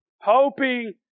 Hoping